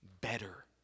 better